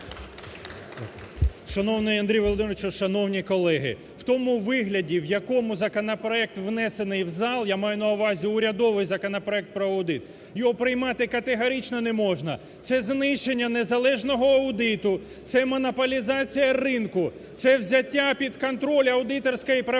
Шановний Андрій Володимирович, шановні колеги! В тому вигляді, в якому законопроект внесений в зал, я маю на увазі урядовий законопроект про аудит, його приймати категорично не можна. Це знищення незалежного аудиту, це монополізація ринку, це взяття під контроль аудиторської професії